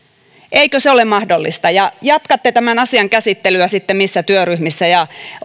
eikö se ole mahdollista ja jatkatte tämän asian käsittelyä sitten niissä työryhmissä ja